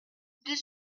deux